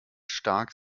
stark